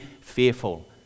fearful